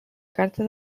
carta